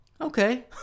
okay